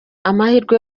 amahirwe